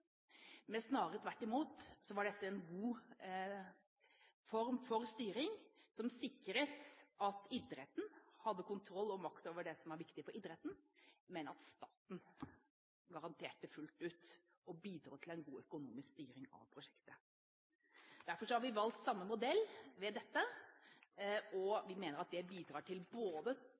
Snarere tvert imot var dette en god form for styring, som sikret at idretten hadde kontroll og makt over det som var viktig for idretten, men der staten garanterte fullt ut og bidro til en god økonomisk styring av prosjektet. Derfor har vi valgt samme modell her. Vi mener at det bidrar til